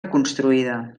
reconstruïda